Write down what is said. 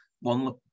one